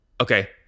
Okay